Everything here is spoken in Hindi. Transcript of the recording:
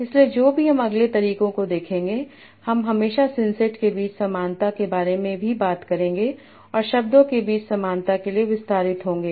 इसलिए जो भी हम अगले तरीकों को देखेंगे हम हमेशा सिंसेट के बीच समानता के बारे में भी बात करेंगे और शब्दों के बीच समानता के लिए विस्तारित होंगे